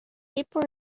people